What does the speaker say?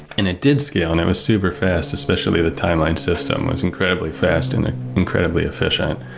and it did scale, and it was superfast, especially the timeline system was incredibly fast and ah incredibly efficient,